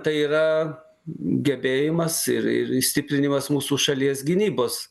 tai yra gebėjimas ir ir stiprinimas mūsų šalies gynybos